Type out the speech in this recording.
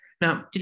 Now